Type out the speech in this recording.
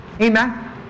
Amen